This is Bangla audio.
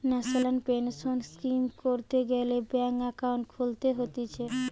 ন্যাশনাল পেনসন স্কিম করতে গ্যালে ব্যাঙ্ক একাউন্ট খুলতে হতিছে